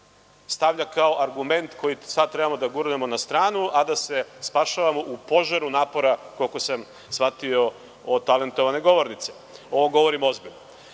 stavlja kao argument koji sad trebamo da gurnemo na stranu, a da se spašavamo u požaru napora, koliko sam shvatio od talentovane govornice. Ovo govorim ozbiljno. Talenat